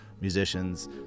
musicians